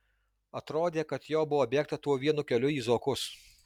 atrodė kad jo buvo bėgta tuo vienu keliu į zokus